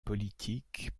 politique